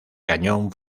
cañón